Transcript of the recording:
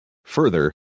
Further